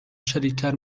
شدیدتر